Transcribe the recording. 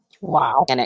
Wow